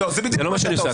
זה בדיוק מה שאני עושה.